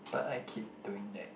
but I keep doing that